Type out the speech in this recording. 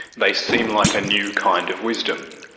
they seem like a new kind of wisdom.